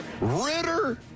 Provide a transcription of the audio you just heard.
Ritter